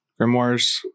grimoires